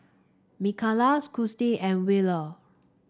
Mikala and Wheeler